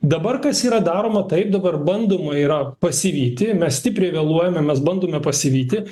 dabar kas yra daroma taip dabar bandoma yra pasivyti mes stipriai vėluojame mes bandome pasivyti